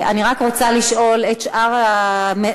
אני רק רוצה לשאול את שאר המציעים.